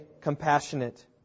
compassionate